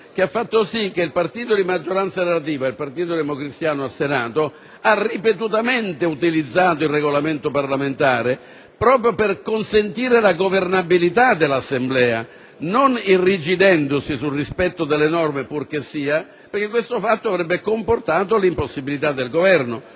Ciò ha fatto sì che il partito di maggioranza relativa, il partito democristiano al Senato, avesse ripetutamente utilizzato il Regolamento parlamentare proprio per consentire la governabilità dell'Assemblea, senza irrigidirsi sul rispetto delle norme purché sia, perché questo fatto avrebbe comportato l'impossibilità di governo.